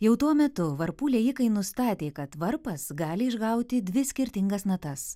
jau tuo metu varpų liejikai nustatė kad varpas gali išgauti dvi skirtingas natas